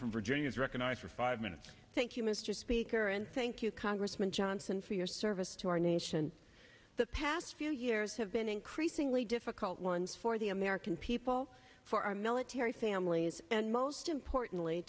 from virginia is recognized for five minutes thank you mr speaker and thank you congressman johnson for your service to our nation the past few years have been increasingly difficult ones for the american people for our military families and most importantly